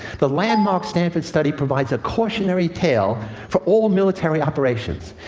the landmark stanford study provides a cautionary tale for all military operations.